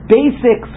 basic